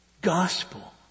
gospel